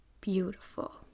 beautiful